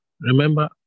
Remember